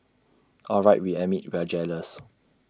all right we admit we're jealous